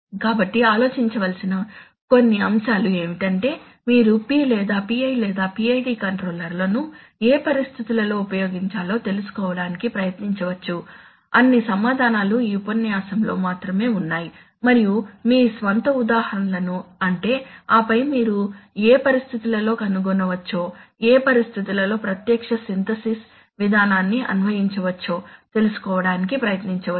కాబట్టి ఆలోచించవలసిన కొన్ని అంశాలు ఏమిటంటే మీరు P PI PID కంట్రోలర్లను ఏ పరిస్థితులలో ఉపయోగించాలో తెలుసుకోవడానికి ప్రయత్నించవచ్చు అన్ని సమాధానాలు ఈ ఉపన్యాసంలో మాత్రమే ఉన్నాయి మరియు మీ స్వంత ఉదాహరణలను అంటే ఆపై మీరు ఏ పరిస్థితులలో కనుగొనవచ్చో ఏ పరిస్థితులలో ప్రత్యక్ష సింథసిస్ విధానాన్ని అన్వయించవచ్చో తెలుసుకోవడానికి ప్రయత్నించవచ్చు